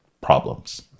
problems